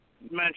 mention